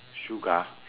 shuga